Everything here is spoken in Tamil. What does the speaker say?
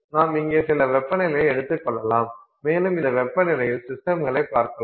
நாம் இங்கே சில வெப்பநிலையை எடுத்துக்கொள்ளலாம் மேலும் இந்த வெப்பநிலையில் சிஸ்டமைப் பார்க்கலாம்